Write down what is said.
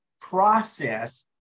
process